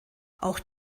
auch